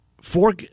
four